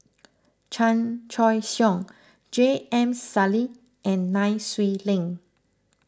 Chan Choy Siong J M Sali and Nai Swee Leng